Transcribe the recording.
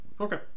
Okay